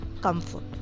comfort